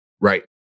Right